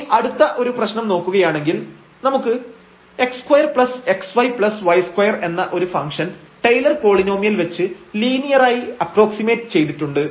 ഇനി അടുത്ത ഒരു പ്രശ്നം നോക്കുകയാണെങ്കിൽ നമുക്ക് x2xyy2 എന്ന ഒരു ഫംഗ്ഷൻ ടൈലർ പോളിനോമിയൽ വെച്ച് ലീനിയറായി അപ്പ്രോക്സിമെറ്റ് ചെയ്തിട്ടുണ്ട്